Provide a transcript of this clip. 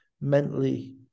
mentally